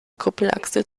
kuppelachse